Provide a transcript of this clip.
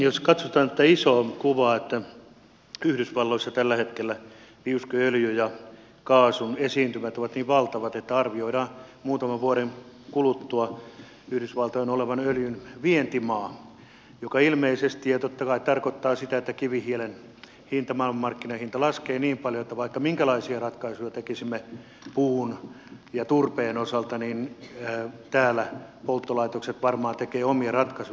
jos katsotaan isoa kuvaa että yhdysvalloissa tällä hetkellä liuskeöljyn ja kaasun esiintymät ovat niin valtavat että arvioidaan muutaman vuoden kuluttua yhdysvaltojen olevan öljyn vientimaa mikä ilmeisesti ja totta kai tarkoittaa sitä että kivihiilen maailmanmarkkinahinta laskee niin paljon että vaikka minkälaisia ratkaisuja tekisimme puun ja turpeen osalta niin täällä polttolaitokset varmaan tekevät omia ratkaisujansa sen perusteella